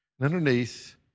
underneath